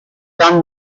dan